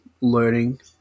learning –